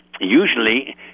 usually